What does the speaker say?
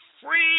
free